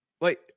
wait